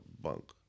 bunk